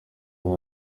hari